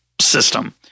system